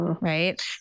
Right